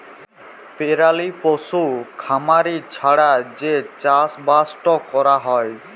পেরালি পশু খামারি ছাড়া যে চাষবাসট ক্যরা হ্যয়